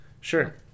sure